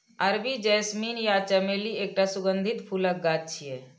अरबी जैस्मीन या चमेली एकटा सुगंधित फूलक गाछ छियै